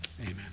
Amen